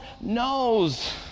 knows